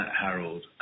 Harold